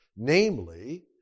Namely